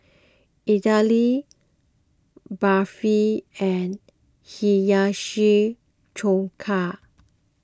Idili Barfi and Hiyashi Chuka